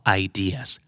ideas